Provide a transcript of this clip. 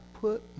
put